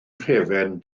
nhrefn